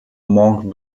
mont